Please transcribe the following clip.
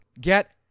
get